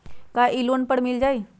का इ लोन पर मिल जाइ?